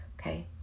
Okay